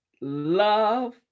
love